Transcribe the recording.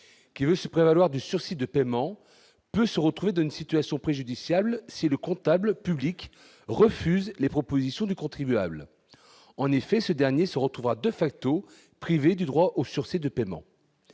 qui veut se prévaloir du sursis de paiement peut se retrouver dans une situation préjudiciable, c'est le comptable public refuse les propositions du contribuable, en effet, ce dernier se retrouvera de facto privés du droit au sursis de paiement